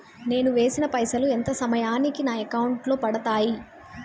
నేను వేసిన పైసలు ఎంత సమయానికి నా అకౌంట్ లో పడతాయి?